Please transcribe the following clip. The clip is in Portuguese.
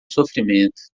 sofrimento